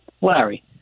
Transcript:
Larry